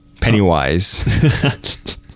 Pennywise